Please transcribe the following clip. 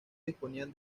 disponían